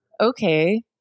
Okay